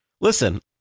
Listen